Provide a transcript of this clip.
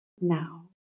Now